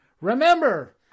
remember